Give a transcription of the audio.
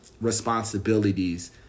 responsibilities